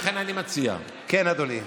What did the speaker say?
לכן, אני מציע, כן, אדוני.